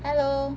hello